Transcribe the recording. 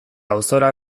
auzora